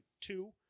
two